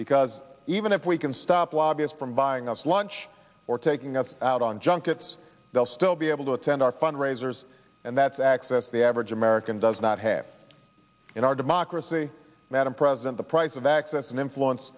because even if we can stop lobbyists from buying us lunch or taking us out on junkets they'll still be able to attend our fundraisers and that's x that's the average american does not have in our democracy madam president the price of access and influence